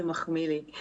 זה מחמיא לי.